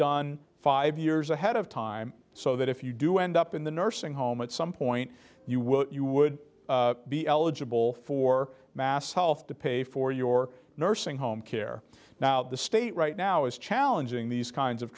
done five years ahead of time so that if you do end up in the nursing home at some point you will you would be eligible for mass health to pay for your nursing home care now the state right now is challenging these kinds of